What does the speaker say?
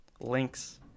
links